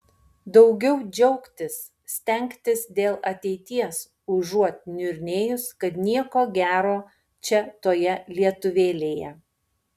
daugiau džiaugtis stengtis dėl ateities užuot niurnėjus kad nieko gero čia toje lietuvėlėje